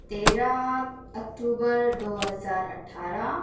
تیرہ اکتوبر دو ہزار اٹھارہ